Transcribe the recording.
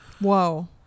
whoa